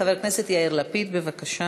חבר הכנסת יאיר לפיד, בבקשה.